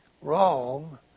wrong